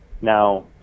Now